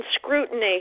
scrutiny